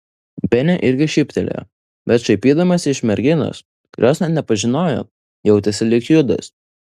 benė irgi šyptelėjo bet šaipydamasi iš merginos kurios net nepažinojo jautėsi lyg judas